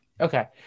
Okay